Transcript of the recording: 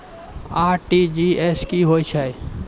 RTGS की होय छै?